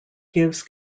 gives